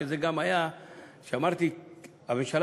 אם את זוכרת,